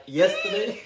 yesterday